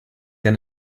him